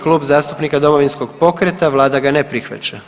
Klub zastupnika Domovinskog pokreta vlada ga ne prihvaća.